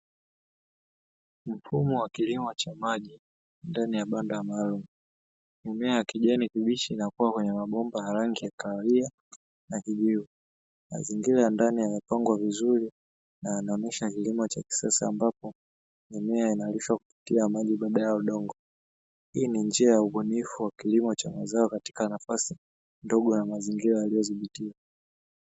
Mfumo wa kilimo cha maji ndani ya banda maalum. Mimea ya kijani kibichi inakuwa kwenye mabomba ya rangi ya kahawia na kijivu. Mazingira ya ndani yamepangwa vizuri na yanaonyesha kilimo cha kisasa ambapo mimea inarishwa kupitia maji badala ya udongo. Hii ni njia ya ubunifu ya kilimo cha mazao katika nafasi ndogo ya mazingira yaliyodhibitiwa."